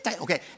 Okay